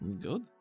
Good